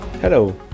Hello